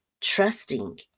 trusting